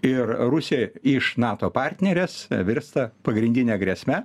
ir rusija iš nato partnerės virsta pagrindine grėsme